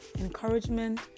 encouragement